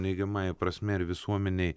neigiamąja prasme ir visuomenėj